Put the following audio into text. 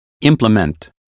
implement